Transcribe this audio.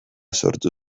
sortu